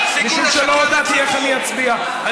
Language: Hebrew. משום שלא הודעתי איך אני אצביע.